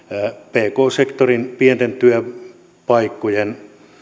pk sektorin pienten työpaikkojen